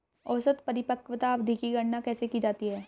औसत परिपक्वता अवधि की गणना कैसे की जाती है?